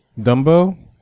Dumbo